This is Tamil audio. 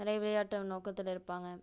அதே விளையாட்டு நோக்கத்தில் இருப்பாங்கள்